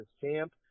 champ